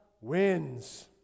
wins